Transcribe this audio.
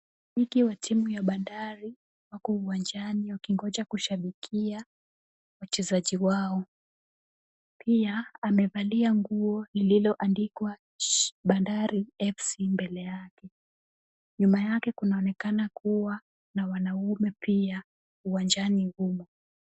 Mwanamke wa timu ya bandari wako uwanjani wakingoja kushabikiwa wachezaji wao. Pia amevalia nguo lililoandikwa BANDARI FC mbele yake. Nyuma yake kunaonekana kuwa na wanaume pia uwanjani humo.